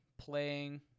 playing